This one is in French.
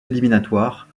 éliminatoires